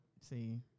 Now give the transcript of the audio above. See